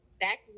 Back